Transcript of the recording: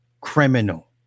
criminal